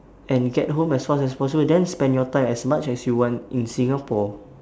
and get home as fast as possible then spend your time as much as you want in singapore